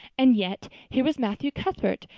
and yet here was matthew cuthbert,